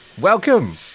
Welcome